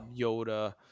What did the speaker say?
Yoda